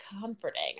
comforting